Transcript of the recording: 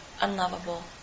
unlovable